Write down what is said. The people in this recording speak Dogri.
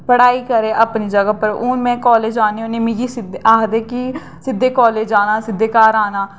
पढ़ाई करै अपनी जगाह् पर हून में काॅलेज औनी हौन्नी मिगी आक्खदे न सिद्दे काॅलेज जाना सिद्दे घर औना